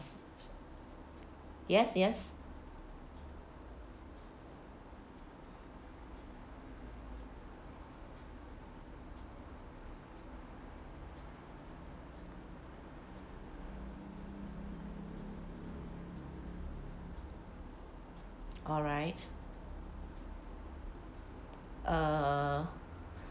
yes yes alright err